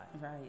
right